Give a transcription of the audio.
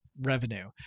revenue